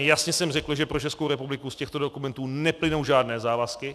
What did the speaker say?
Jasně jsem řekl, že pro Českou republiku z těchto dokumentů neplynou žádné závazky.